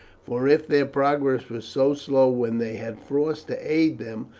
for if their progress was so slow when they had frost to aid them,